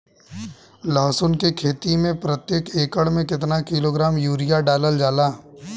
लहसुन के खेती में प्रतेक एकड़ में केतना किलोग्राम यूरिया डालल जाला?